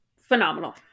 phenomenal